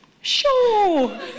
sure